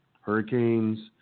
hurricanes